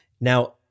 Now